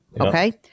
okay